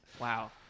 wow